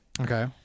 Okay